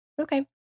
Okay